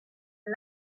and